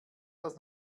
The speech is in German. das